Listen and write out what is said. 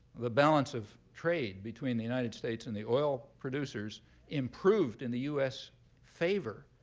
the balance of trade between the united states and the oil producers improved in the us favor